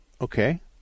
Okay